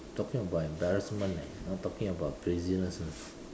talking about embarrassment leh not talking about craziness you know